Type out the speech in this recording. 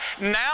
now